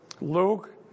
Luke